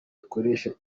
ikoresha